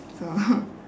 so